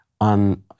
on